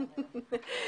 הצבעה בעד התקנות,